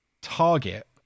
Target